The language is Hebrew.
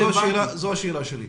זו השאלה שלי.